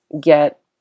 get